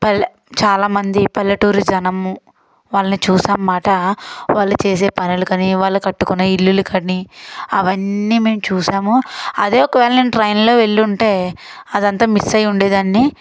పల్లె చాలామంది పల్లెటూరి జనము వాళ్ళని చూసాం మాట వాళ్ళు చేసే పనులు కానీ వాళ్ళు కట్టుకున్న ఇల్లులు కానీ అవన్నీ మేము చూశాము అదే ఒకవేళ నేను ట్రైన్లో వెళ్లుంటే అదంతా మిస్ అయి ఉండేదాన్ని